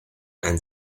and